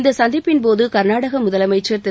இந்த சந்திப்பின்போது கர்நாடக முதலமைச்சர் திரு